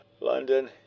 London